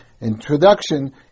introduction